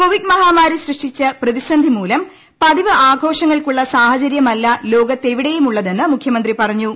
Covid മഹാമാരി സൃഷ്ടിച്ച പ്രതിസന്ധി മൂലം പതിവ് ആഘോഷങ്ങൾക്കുള്ള സാഹചര്യമല്ല ലോകത്തെവിടെയുമുള്ളതെന്ന് മുഖ്യമന്ത്രി പറഞ്ഞു